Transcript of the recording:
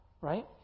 right